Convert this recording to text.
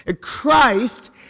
Christ